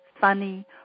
funny